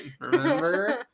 remember